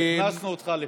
חיפשנו אותך.